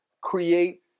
create